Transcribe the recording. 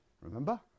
Remember